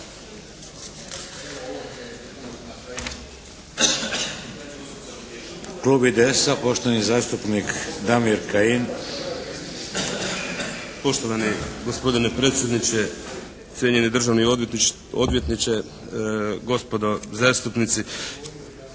Klub IDS-a, poštovani zastupnik Damir Kajin. **Kajin, Damir (IDS)** Poštovani gospodine predsjedniče, cijenjeni državni odvjetniče, gospodo zastupnici!